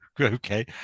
okay